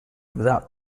without